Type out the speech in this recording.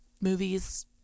movies